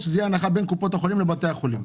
שתהיה הנחה בין קופות החולים לבתי החולים.